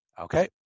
Okay